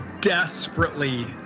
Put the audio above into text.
desperately